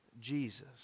Jesus